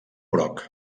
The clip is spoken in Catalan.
broc